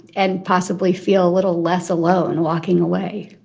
and possibly feel a little less alone walking away.